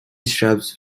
shrubs